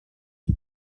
est